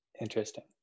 interesting